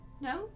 No